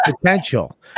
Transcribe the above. potential